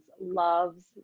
loves